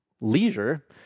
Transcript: leisure